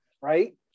right